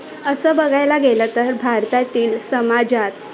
असं बघायला गेलं तर भारतातील समाजात